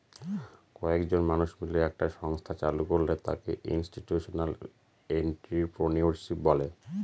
কয়েকজন মানুষ মিলে একটা সংস্থা চালু করলে তাকে ইনস্টিটিউশনাল এন্ট্রিপ্রেনিউরশিপ বলে